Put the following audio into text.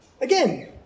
Again